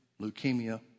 Leukemia